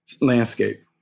landscape